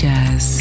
Jazz